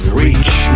reach